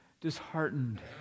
disheartened